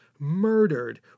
murdered